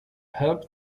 helps